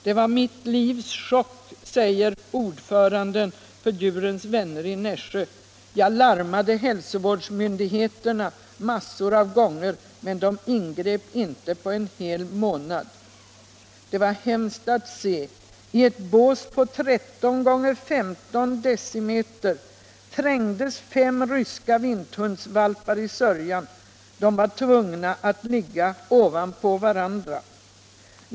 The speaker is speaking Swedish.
Det var mitt livs chock, säger Sigvard Löwenborg, ordförande för Djurens vänner i Nässjö. Jag larmade hälsovårdsmyndigheterna massor av gånger men de ingrep inte på en hel månad.” ”Det var hemskt att se. I ett bås på 13 x 15 decimeter trängdes fem ryska vinthundsvalpar i sörjan. De var tvungna att ligga ovanpå varandra.